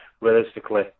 realistically